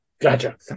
Gotcha